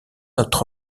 notre